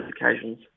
occasions